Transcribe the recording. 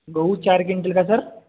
गहू चार क्विंटल का सर